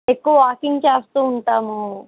ఎక్కువ వాకింగ్ చేస్తూ ఉంటాము